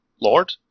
lord